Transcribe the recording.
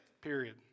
period